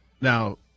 Now